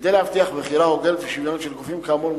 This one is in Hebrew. כדי להבטיח בחירה הוגנת ושוויונית של גופים כאמור,